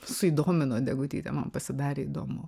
suįdomino degutyte man pasidarė įdomu